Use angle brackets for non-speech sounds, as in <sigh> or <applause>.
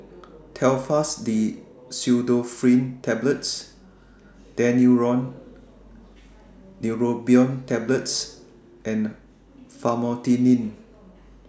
<noise> Telfast D Pseudoephrine Tablets Daneuron Neurobion Tablets and Famotidine